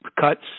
cuts